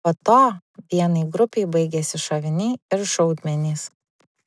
po to vienai grupei baigėsi šoviniai ir šaudmenys